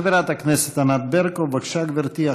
חברת הכנסת ענת ברקו, בבקשה, גברתי.